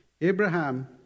Abraham